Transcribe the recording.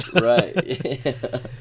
right